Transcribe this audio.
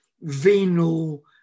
venal